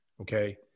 Okay